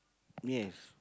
yes